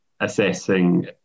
Assessing